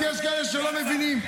כי יש כאלה שלא מבינים.